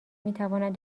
میتوانند